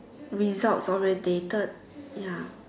results orientated ya